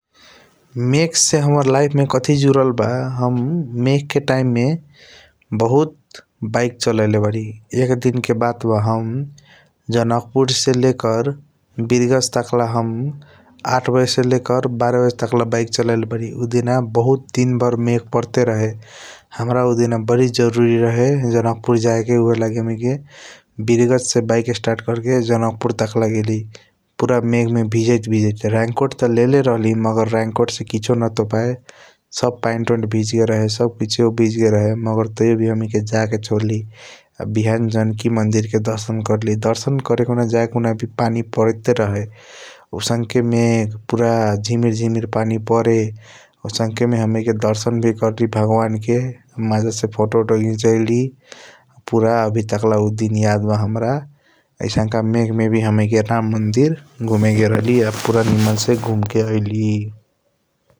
मेघ से हमर लाईफ मे कथि जुडल बा मेघके टाईमे बहुत बाएक चलेबारी एक दिनके बात बा हम जन्क्पुरसे लेकर बिरग्ज तक्ला । हम आठ बजे से लेकर बारे बजे टक बाएक चलेबारी ऊ दिना बहुत दिनभर मेघ परते रहे हमारा ऊ दिना बरी जरुरि रहे जनकपुर जाएके। ऊहेला हमनिके बिरग्ज से बाएक स्टार्ट करके जनकपुर तक्ला गेली पुरा मेघमे भिजैत भिजैत रेनकोट त् लेले रहली मगर रेनकोट से किछो । ना तोपाय सब पैन्ट वेंत भिजगेल रहे सब कुक्ष भिजगेल रहे लेकिन तैवभी हमीनिके जाके छोरली बिहान जानकी मन्दिरके दर्शन करली दर्शन करे जाएखुना भी पानी परते रहे । ऊसनकेमे पुरा झिमिर झिमिर पानी परे ऊसनकेमे हमनिके दर्शन भी करली भगवानके माजासे फोटोवोटो भी घिचाली पुरा आभित्कला । ऊ दिन अभि तकला याद बा हमरा आइसनका मेघमेभि येतना मन्दिर घुमे गेल रहली आ पुरा घुम्के अईली ।